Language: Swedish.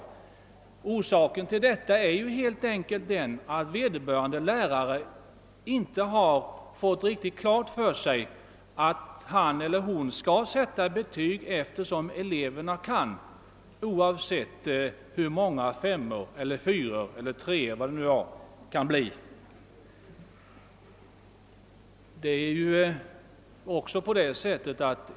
Anledningen till detta är helt enkelt att vederbörande lärare inte har blivit riktigt på det klara med att vederbörande skall sätta betyg efter elevernas kunskaper, oavsett hur betygen i Öövrigt fördelar sig i klassen.